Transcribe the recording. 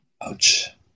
Ouch